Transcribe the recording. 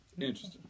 Interesting